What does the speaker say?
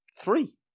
Three